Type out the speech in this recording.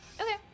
Okay